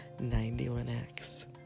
91X